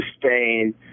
sustained